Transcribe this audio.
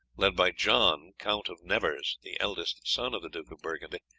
led by john, count of nevers, the eldest son of the duke of burgundy,